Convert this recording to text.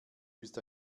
bist